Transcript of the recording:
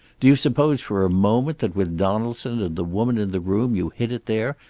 do you suppose for a moment that with donaldson and the woman in the room you hid it there,